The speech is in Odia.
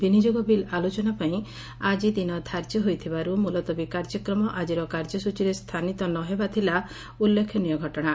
ବିନିଯୋଗ ବିଲ ଆଲୋଚନା ପାଇଁ ଆଜି ଦିନ ଧ୍ୟାର୍ଯ୍ୟ ହୋଇଥିବାର୍ ମୁଲତବୀ କାର୍ଯ୍ୟକ୍ରମ ଆଜିର କାର୍ଯ୍ୟସ୍ଚୀରେ ସ୍ଚାନିତ ନ ହେବା ଥିଲା ଆକିର ଉଲ୍ଲେଖନୀୟ ଘଟଣା